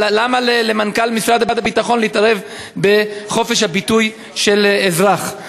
אבל למה למנכ"ל משרד הביטחון להתערב בחופש הביטוי של אזרח?